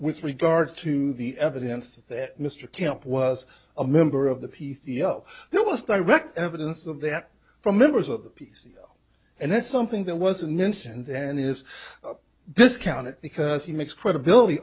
with regard to the evidence that mr camp was a member of the p c l there was direct evidence of that from members of the pieces and that's something that wasn't mentioned and is discounted because he makes credibility